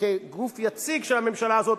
כגוף יציג של הממשלה הזאת,